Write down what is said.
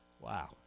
Wow